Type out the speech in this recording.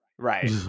Right